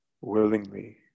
willingly